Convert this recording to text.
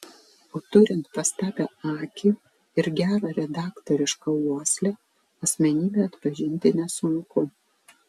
o turint pastabią akį ir gerą redaktorišką uoslę asmenybę atpažinti nesunku